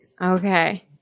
Okay